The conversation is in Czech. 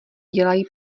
dělají